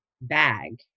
bag